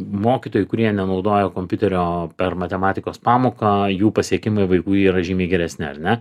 mokytojai kurie nenaudoja kompiuterio per matematikos pamoką jų pasiekimai vaikų yra žymiai geresni ar ne